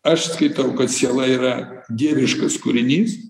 aš skaitau kad siela yra dieviškas kūrinys